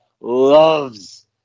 loves